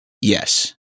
yes